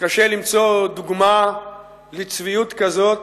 קשה למצוא דוגמה לצביעות כזאת,